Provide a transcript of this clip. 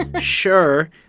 Sure